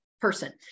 person